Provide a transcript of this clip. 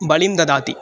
बलिं ददाति